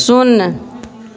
शून्य